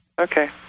Okay